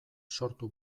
sortu